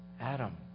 Adam